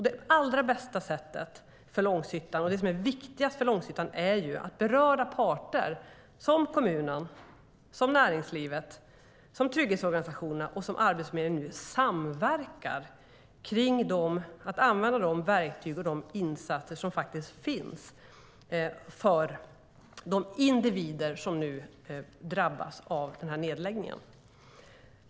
Det allra bästa och viktigaste för Långshyttan är att berörda parter som kommunen, näringslivet, trygghetsorganisationerna och Arbetsförmedlingen nu samverkar för att använda de verktyg och insatser som faktiskt finns för de individer som drabbas av nedläggningen.